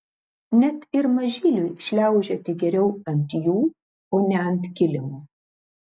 net ir mažyliui šliaužioti geriau ant jų o ne ant kilimo